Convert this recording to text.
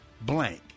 blank